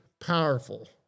Powerful